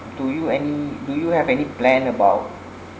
do you any do you have any plan about